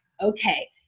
okay